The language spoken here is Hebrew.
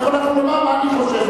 אתה יכול לומר מה שאני חושב,